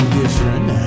different